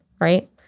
right